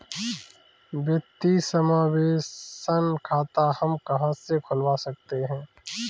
वित्तीय समावेशन खाता हम कहां से खुलवा सकते हैं?